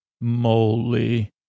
moly